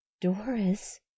Doris